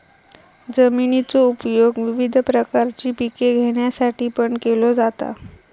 जमिनीचो उपयोग विविध प्रकारची पिके घेण्यासाठीपण केलो जाता